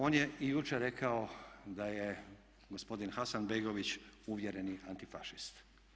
On je i jučer rekao da je gospodin Hasanbegović uvjereni antifašist.